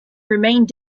remained